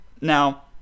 Now